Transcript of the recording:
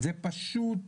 זה כבר פשוט,